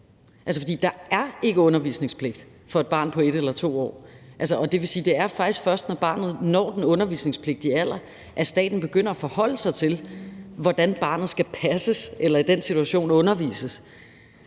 der er ikke undervisningspligt for et barn på 1 eller 2 år. Og det vil sige, at det faktisk først er, når barnet når den undervisningspligtige alder, at staten begynder at forholde sig til, hvordan barnet skal passes eller – i